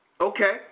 Okay